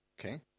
Okay